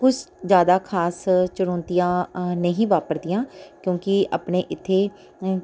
ਕੁਛ ਜ਼ਿਆਦਾ ਖਾਸ ਚੁਣੌਤੀਆਂ ਨਹੀਂ ਵਾਪਰਦੀਆਂ ਕਿਉਂਕਿ ਆਪਣੇ ਇੱਥੇ